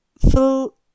Full